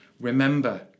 remember